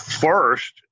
first